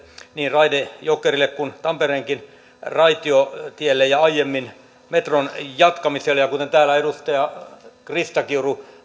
niin raide jokerille kuin tampereenkin raitiotielle ja aiemmalle metron jatkamiselle ja kuten täällä edustaja krista kiuru